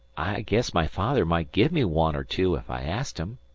i guess my father might give me one or two if i asked em,